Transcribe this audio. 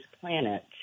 planet